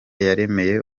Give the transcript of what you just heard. yaremeye